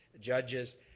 judges